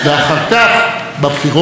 למרבה הצער,